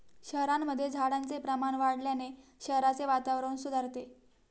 शहरांमध्ये झाडांचे प्रमाण वाढवल्याने शहराचे वातावरण सुधारते